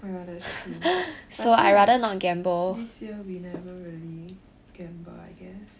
well yeah that's true but I feel like this year we never really gamble I guess